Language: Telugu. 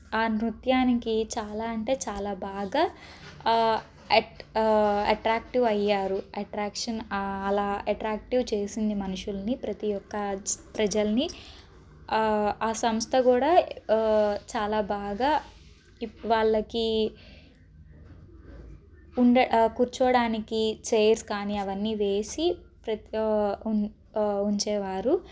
ఆ నృత్యానికి చాలా అంటే చాలా బాగా అట్ అట్రాక్టివ్ అయ్యారు అట్రాక్షన్ అలా అట్రాక్టివ్ చేసింది మనుషుల్ని ప్రతి ఒక్క ప్రజల్ని ఆ సంస్థ కూడా చాలా బాగా ఇప్ వాళ్ళకి ఉండ కూర్చోడానికి చైర్స్ కానీ అవన్నీ వేసి ప్రతి ఉంచేవారు